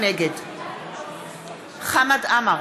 נגד חמד עמאר,